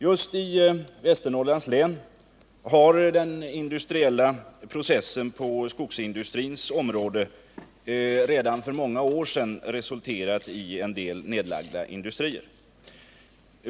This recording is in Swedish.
Just i Västernorrlands län har den industriella processen på skogsindustrins område redan för många år sedan resulterat i en del nedlagda industrier.